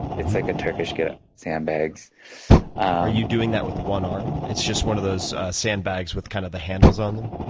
it's like ah turkish ah sandbags. are you doing that with one arm? it's just one of those sandbags with kind of the handles on them?